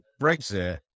Brexit